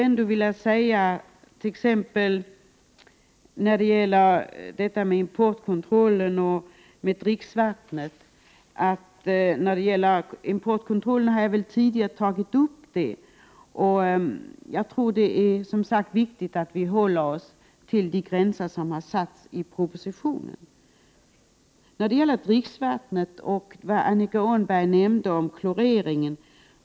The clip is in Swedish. Frågan om importkontrollen har jag tagit upp tidigare, och jag tror som sagt att det är viktigt att vi håller oss till de gränser som satts i propositionen. Annika Åhnberg talade om klorering av dricksvatten.